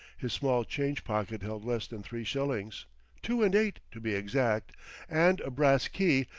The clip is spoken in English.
his small-change pocket held less than three shillings two and eight, to be exact and a brass key,